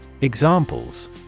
Examples